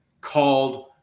called